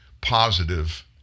positive